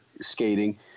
skating